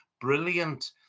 brilliant